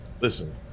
Listen